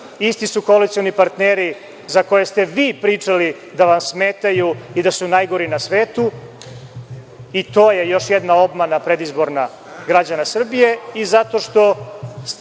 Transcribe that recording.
isti su koalicioni partneri za koje ste vi pričali da vam smetaju i da su najgori na svetu, i to je još jedna predizborna obmana građana Srbije i zato što ste